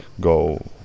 go